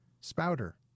spouter